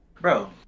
Bro